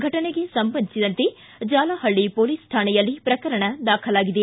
ಫಟನೆಗೆ ಸಂಬಂಧಿಸಿದಂತೆ ಜಾಲಹಳ್ಳಿ ಪೊಲೀಸ್ ಠಾಣೆಯಲ್ಲಿ ಪ್ರಕರಣ ದಾಖಲಾಗಿದೆ